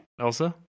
Elsa